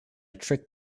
trick